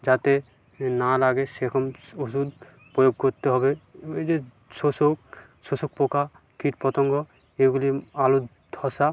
যাতে না লাগে সেরকম ওষুধ প্রয়োগ করতে হবে ওই যে শোষক শোষক পোকা কীট পতঙ্গ এগুলি আলুর ধসা